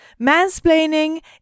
Mansplaining